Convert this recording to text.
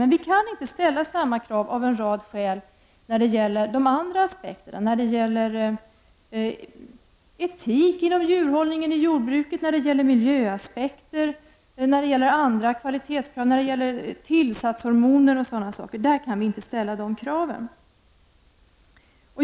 Men vi kan inte ställa samma krav, av en rad skäl, när det gäller andra aspekter, t.ex. när det gäller etik inom djurhållningen i jordbruket, när det gäller miljöaspekter och andra kvalitetskrav, när det gäller tillsatshormoner och sådana saker.